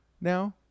now